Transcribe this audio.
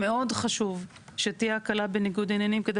מאוד חשוב שתהיה הקלה בניגוד עניינים כדי